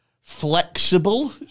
flexible